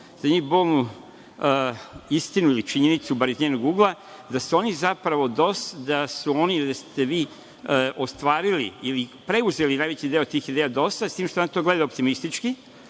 na jednu bolnu istinu ili činjenicu, bar iz njenog ugla, da su oni, ili da ste vi ostvarili ili preuzeli najveći deo tih ideja DOS-a, s tim što ona to gleda optimistički.